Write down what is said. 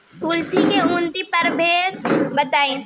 कुलथी के उन्नत प्रभेद बताई?